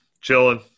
chilling